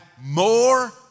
more